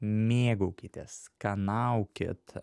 mėgaukitės skanaukit